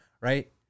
right